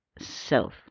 self